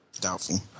Doubtful